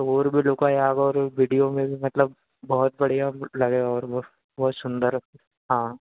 तो और भी लुक आ जाएगा और वीडियो में भी मतलब बहुत बढ़िया लगेगा और वो बहुत सुंदर हाँ